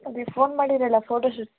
ಅದೇ ಫೋನ್ ಮಾಡಿದ್ದಿರಲ್ಲ photo shoot